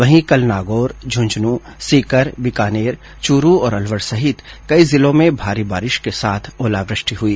वहीं कल नागौर झुंझुनूं सीकर बीकानेर चूरु और अलवर सहित कई जिलों में भारी बारिश के साथ ओलावृष्टि हुई